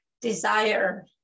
Desire